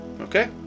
okay